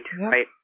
right